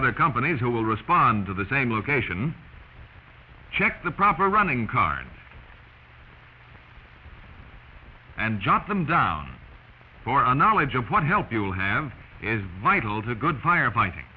other companies who will respond to the same location check the proper running card and jot them down for a knowledge of what help you'll have is vital to good firefighting